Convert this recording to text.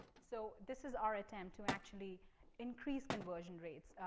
so this is our attempt to actually increase conversion rates,